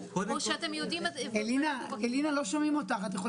האם הוא יהיה יותר אלה בדיוק הדברים שאנחנו צריכים לדון עליהם.